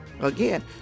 again